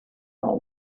know